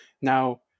Now